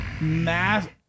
math